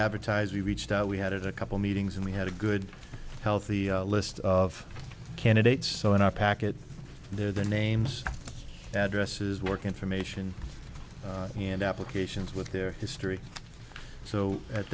advertise we reached out we had a couple meetings and we had a good health the list of candidates so in our packet there the names addresses work information hand applications with their history so at